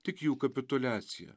tik jų kapituliaciją